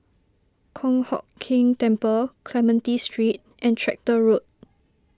Kong Hock Keng Temple Clementi Street and Tractor Road